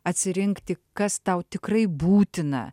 atsirinkti kas tau tikrai būtina